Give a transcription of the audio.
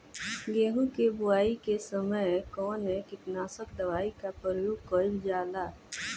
गेहूं के बोआई के समय कवन किटनाशक दवाई का प्रयोग कइल जा ला?